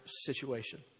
situation